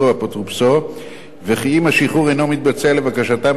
או אפוטרופוסו וכי אם השחרור אינו מתבצע לבקשתם,